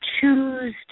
choose